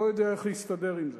לא יודע איך להסתדר עם זה.